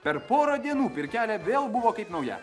per porą dienų pirkelė vėl buvo kaip nauja